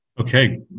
Okay